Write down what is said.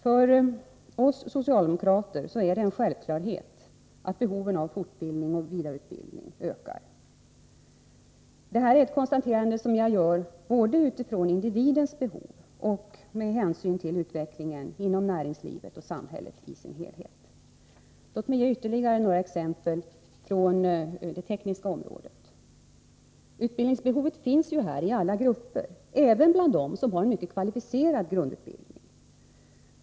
För oss socialdemokrater är det en självklarhet att behoven av fortbildning och vidareutbildning ökar. Detta konstaterande gör jag både utifrån idividens behov och med hänsyn till utvecklingen inom näringslivet och samhället i dess helhet. Låt mig ge ytterligare några exempel från det tekniska området. Utbildningsbehovet finns här inom alla grupper, även bland dem som har en kvalificerad grundutbildning.